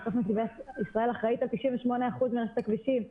בסוף נתיבי ישראל אחראית על 98% ממערכת הכבישים,